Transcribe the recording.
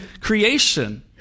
creation